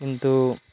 কিন্তু